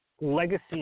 legacy